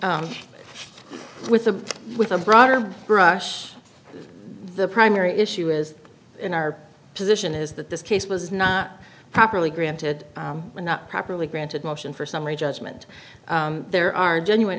with a with a broader brush the primary issue is in our position is that this case was not properly granted and not properly granted motion for summary judgment there are genuine